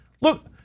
Look